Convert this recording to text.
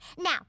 Now